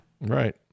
right